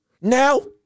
Now